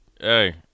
Hey